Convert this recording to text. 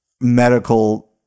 medical